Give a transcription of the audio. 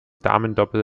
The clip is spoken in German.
damendoppel